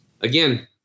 again